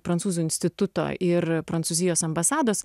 prancūzų instituto ir prancūzijos ambasados